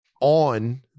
on